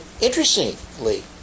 interestingly